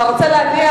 אתה רוצה להניח?